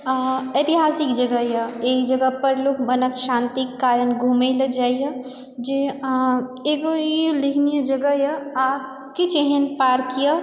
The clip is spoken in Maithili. ऐतिहासिक जगहए ई जगह पर लोक मनक शान्ति कारण घुमय लऽ जाइए जे एगो ई उल्लेखनीय जगहए आ किछु एहन पार्कए